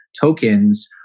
tokens